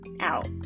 out